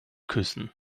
küssen